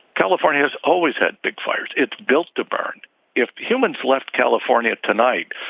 california has always had big fires. it's built to burn if humans left california tonight.